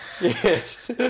Yes